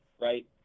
right